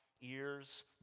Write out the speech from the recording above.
ears